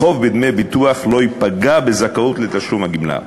החוב בדמי ביטוח לא יפגע בזכאות לתשלום הגמלה.